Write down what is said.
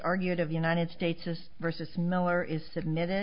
argued of united states is versus miller is submitted